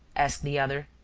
asked the other.